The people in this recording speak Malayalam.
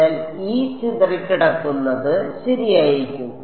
അതിനാൽ E ചിതറിക്കിടക്കുന്നത് ശരിയായിരിക്കും